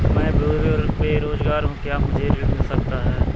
मैं बेरोजगार हूँ क्या मुझे ऋण मिल सकता है?